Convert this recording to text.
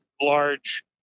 large